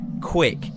quick